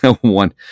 One